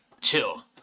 chill